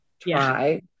try